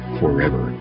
forever